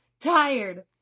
tired